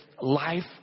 life